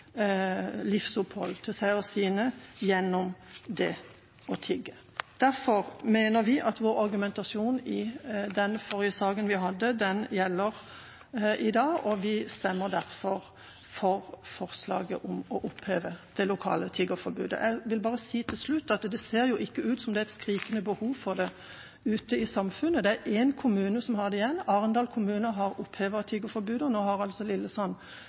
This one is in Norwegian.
livsopphold til seg og sine gjennom det å tigge. Derfor mener vi at vår argumentasjon i den forrige saken vi hadde, gjelder i dag. Vi står derfor bak forslaget – sammen med Kristelig Folkeparti – om å oppheve det lokale tiggeforbudet. Jeg vil til slutt bare si at det ser jo ikke ut som om det er et skrikende behov for dette ute i samfunnet. Det er én kommune som har det – Arendal kommune har